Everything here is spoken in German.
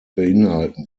beinhalten